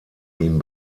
ihm